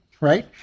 right